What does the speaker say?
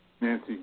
Nancy